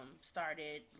started